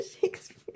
Shakespeare